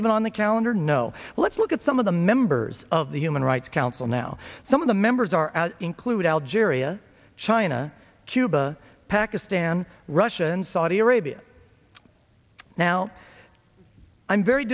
even on the calendar no let's look at some of the members of the human rights council now some of the members are out include algeria china cuba pakistan russia and saudi arabia now i'm very